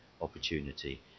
opportunity